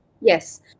Yes